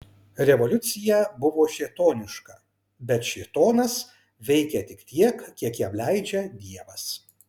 revoliucija buvo šėtoniška bet šėtonas veikia tik tiek kiek jam leidžia dievas